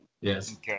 Yes